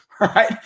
right